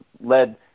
led